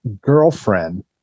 girlfriend